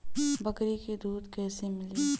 बकरी क दूध कईसे मिली?